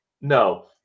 No